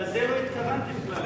לזה לא התכוונתי בכלל.